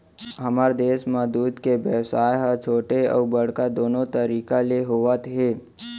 हमर देस म दूद के बेवसाय ह छोटे अउ बड़का दुनो तरीका ले होवत हे